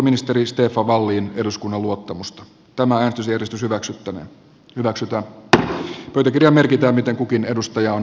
puolustusministeri stefan wallin on muissakin yhteyksissä menetellyt epäasiallisesti salaamalla useaan otteeseen hallinnonalansa tietoja ja puhunut totuudenvastaisesti